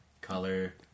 Color